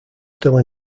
still